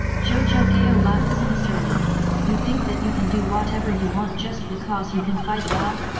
zhou zhenghao laughed sinisterly you think that you can do whatever you want just because you can fight well?